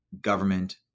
government